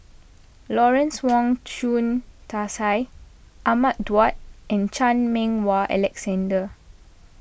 Lawrence Wong Shyun Tsai Ahmad Daud and Chan Meng Wah Alexander